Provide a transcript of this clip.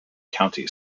county